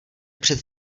před